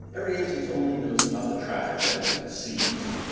every instance only knows about the traffic that it sees.